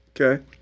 Okay